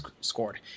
scored